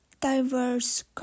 diverse